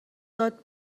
داد